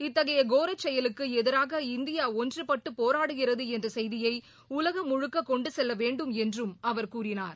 இத்தகைய கோரச் செயலுக்கு எதிராக இந்தியா ஒன்றுபட்டு போராடுகிறது என்ற செய்தியை உலகம் முழுக்க கொண்டு செல்ல வேண்டும் என்றும் அவர் கூறினார்